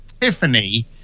Tiffany